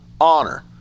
honor